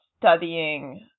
studying